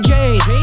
James